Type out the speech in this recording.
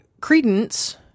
Credence